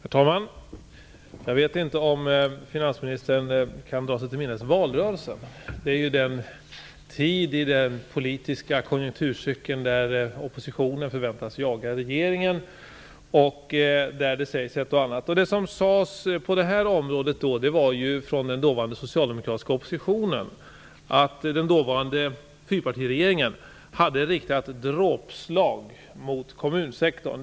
Herr talman! Jag vet inte om finansministern kan dra sig till minnes valrörelsen. Det är den tid i den politiska konjunkturcykeln då oppositionen förväntas jaga regeringen och där det sägs ett och annat. Det som sades från den dåvarande socialdemokratiska oppositionen var att den dåvarande fyrpartiregeringen hade riktat ett dråpslag mot kommunsektorn.